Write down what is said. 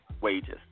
wages